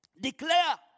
Declare